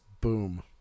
boom